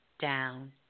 down